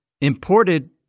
imported